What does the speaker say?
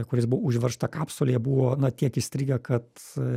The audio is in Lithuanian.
kuriais buvo užveržta kapsulė jie buvo na tiek įstrigę kad